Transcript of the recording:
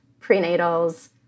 prenatals